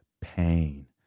pain